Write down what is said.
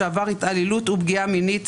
שעבר התעללות ופגיעה מינית,